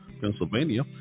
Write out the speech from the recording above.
Pennsylvania